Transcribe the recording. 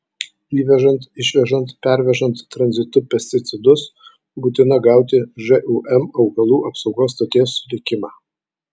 įvežant išvežant pervežant tranzitu pesticidus būtina gauti žūm augalų apsaugos stoties sutikimą